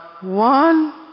one